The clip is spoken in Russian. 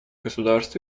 государств